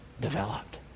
developed